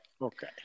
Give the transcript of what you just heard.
Okay